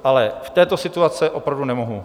Ale v této situaci opravdu nemohu.